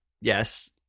yes